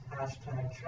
hashtag